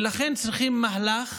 ולכן צריכים מהלך